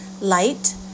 light